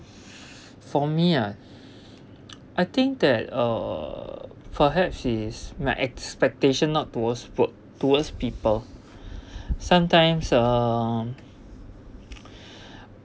for me ah I think that uh perhaps is my expectation not towards work towards people sometimes um